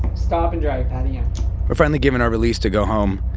stop and dry, patty ann we're finally given our release to go home.